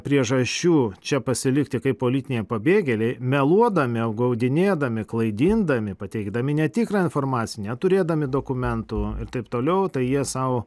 priežasčių čia pasilikti kaip politiniai pabėgėliai meluodami apgaudinėdami klaidindami pateikdami netikrą informaciją neturėdami dokumentų ir taip toliau tai jie sau